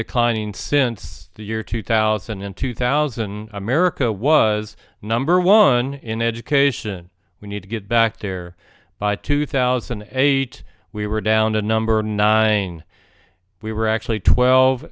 declining since the year two thousand in two thousand america was number one in education we need to get back there by two thousand and eight we were down to number nine we were actually twelve